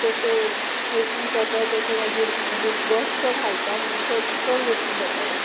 जशें ओकूंक जाता तशें मागीर म्हणजे बस चड हालता म्हणून चड ओकूंक जातालें